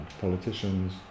politicians